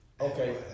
okay